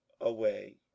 away